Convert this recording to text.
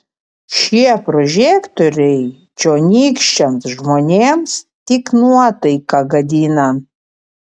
šie prožektoriai čionykščiams žmonėms tik nuotaiką gadina